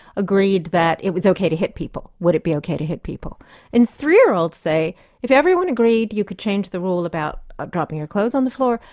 agreed that it was ok to hit people. would it be ok to hit people' and three year olds say if everyone agreed you could change the rule about dropping your clothes on the floor,